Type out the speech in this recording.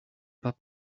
pas